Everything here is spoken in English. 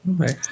okay